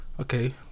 Okay